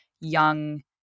young